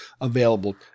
available